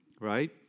right